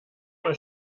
mal